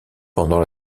pendant